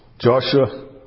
Joshua